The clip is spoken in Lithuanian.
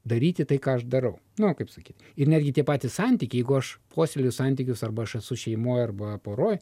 daryti tai ką aš darau nu kaip sakyti ir netgi tie patys santykiai jeigu aš puoselėju santykius arba aš esu šeimoj arba poroj